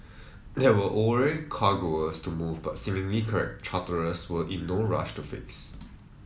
there were ore cargoes to move but seemingly charterers were in no rush to fix